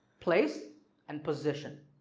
place and position.